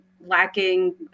lacking